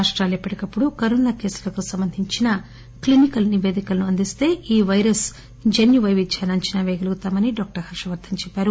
రాష్రాలు ఎప్పటికప్పుడు కరోనా కేసులకు సంబంధించిన క్లినికల్ నిపేదికలను అందిస్తే ఈ పైరస్ జన్యు పైవిధ్యాన్ని అంచనా పేయగలుగుతామని ఆయన చెప్పారు